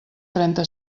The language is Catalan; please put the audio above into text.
trenta